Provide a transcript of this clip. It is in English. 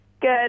Good